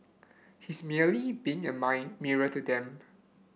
he's merely being a my mirror to them